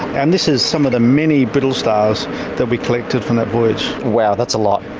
and this is some of the many brittle stars that we collected from that voyage. wow, that's a lot.